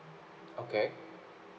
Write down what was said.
okay